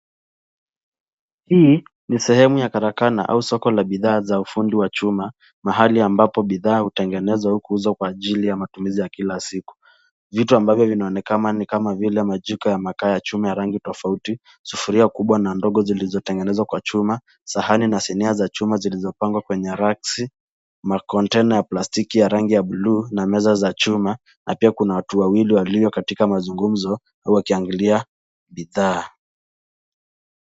Hii ni sehemu ya karakana au soko la bidhaa za ufundi wa chuma , mahali ambapo bidhaa hutengenezwa au kuuzwa Kwa ajili ya kila siku , vitu ambavyo vinaonekana nikama vile , majiko ya makaa ya chuma ya rangi tofauti , sufuria kubwa na ndogo zilizo tengenezwa Kwa chuma , sahani na sinia za chuma zilizo pangwa kwenye rafu , makontena ya plastiki ya rangi ya buluu na meza za chuma na pia kuna watu wawili walio katika mazungumzo wakiangalia bidhaa.